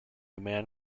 man